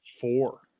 Four